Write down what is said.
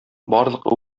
барлык